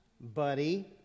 Buddy